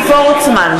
אבי וורצמן,